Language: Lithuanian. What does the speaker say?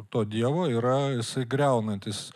to dievo yra jisai griaunantis